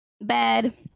bed